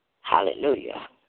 Hallelujah